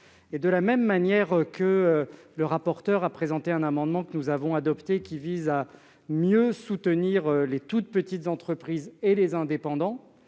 De la même manière que M. le rapporteur général a présenté un amendement, que nous avons adopté, tendant à mieux soutenir les toutes petites entreprises et les indépendants,